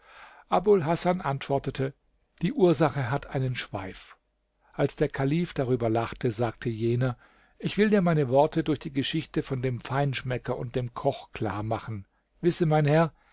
abul hasan antwortete die ursache hat einen schweif als der kalif darüber lachte sagte jener ich will dir meine worte durch die geschichte von dem feinschmecker und dem koch klar machen wisse mein herr